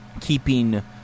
keeping